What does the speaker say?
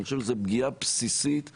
אני חושב שזאת פגיעה בסיסית באיזונים,